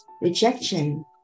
rejection